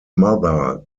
mother